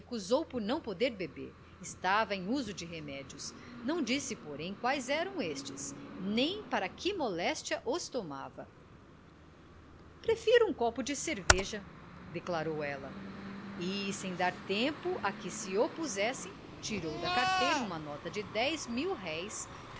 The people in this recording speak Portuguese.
recusou por não poder beber estava em uso de remédios não disse porém quais eram estes nem para que moléstia os tomava prefiro um copo de cerveja declarou ela e sem dar tempo a que se opusessem tirou da carteira uma nota de dez mil-réis